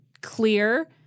clear